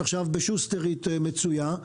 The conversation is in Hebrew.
עכשיו בשוסטרית מצויה,